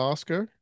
Oscar